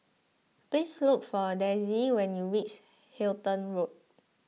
please look for Dezzie when you reach Halton Road